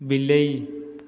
ବିଲେଇ